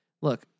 look